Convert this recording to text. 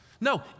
No